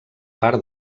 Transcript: part